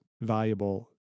valuable